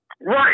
Right